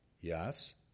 Yes